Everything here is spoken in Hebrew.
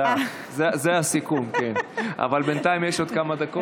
זה הסיכום, כן, אבל בינתיים יש עוד כמה דקות.